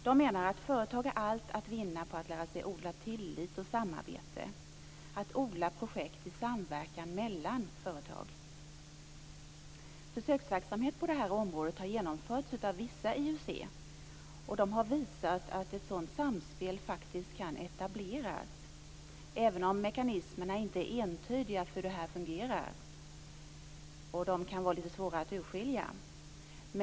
De menar att företag har allt att vinna på att lära sig att odla tillit och samarbete, på att odla projekt i samverkan mellan företag. Försöksverksamhet på det här området som genomförts av vissa IUC har visat att ett sådant samspel faktiskt kan etableras, även om mekanismerna inte är entydiga för hur det här fungerar. Dessutom kan det vara lite svårt att urskilja dem.